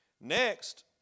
Next